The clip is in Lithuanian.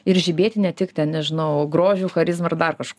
ir žibėti ne tik ten nežinau grožiu charizma ar dar kažkuo